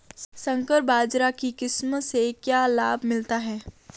संकर बाजरा की किस्म से क्या लाभ मिलता है?